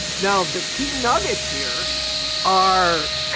now the key nuggets here are,